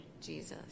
Jesus